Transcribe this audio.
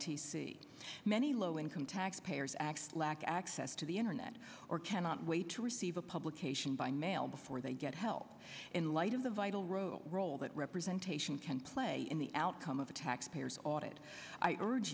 t c many low income tax payers actually lack access to the internet or cannot wait to receive a publication by mail before they get help in light of the vital role role that representation can play in the outcome of the tax payers audit i urge